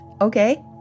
okay